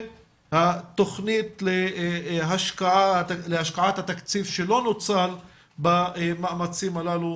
והתכנית להשקעת התקציב שלא נוצל במאמצים הללו,